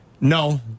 no